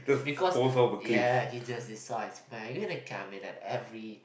because ya he just decides man you're gonna come in at every